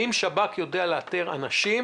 האם שב"כ יודע לאתר אנשים,